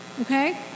Okay